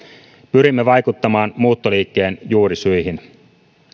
pyrimme vaikuttamaan muuttoliikkeen juurisyihin